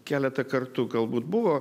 keletą kartų galbūt buvo